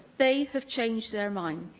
they have changed their minds.